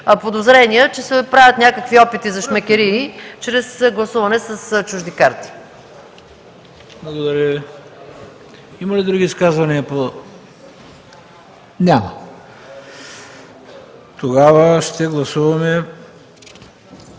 че се правят някакви опити за шмекерии чрез гласуване с чужди карти.